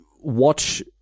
watch